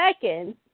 seconds